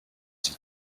sie